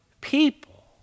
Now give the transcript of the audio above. people